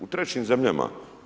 U trećim zemljama.